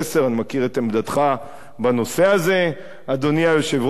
אני מכיר את עמדתך בנושא הזה, אדוני היושב-ראש.